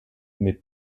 mais